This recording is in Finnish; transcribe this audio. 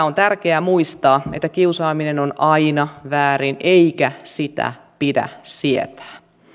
on tärkeää muistaa että kiusaaminen on aina väärin eikä sitä pidä sietää